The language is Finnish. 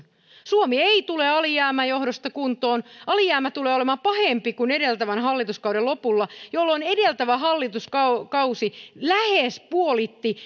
suomi ei tule alijäämän johdosta kuntoon alijäämä tulee olemaan pahempi kuin edeltävän hallituskauden lopulla jolloin edeltävä hallituskausi lähes puolitti